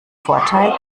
vorteil